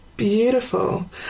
Beautiful